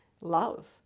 love